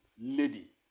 lady